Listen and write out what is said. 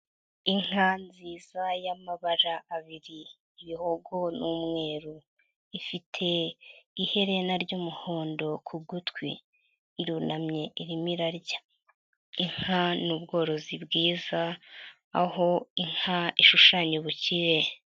Inka nziza y'amabara abiri ibihogo n'umweru, ifite iherena ry'umuhondo ku gutwi irunamye irimo irarya, inka ni ubworozi bwiza aho inka ishushanya ubukire.